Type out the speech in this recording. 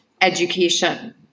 education